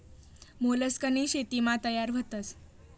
मोलस्कनी शेतीमा तयार व्हतस